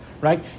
right